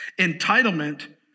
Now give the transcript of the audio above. Entitlement